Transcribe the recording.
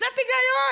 קצת היגיון.